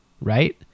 Right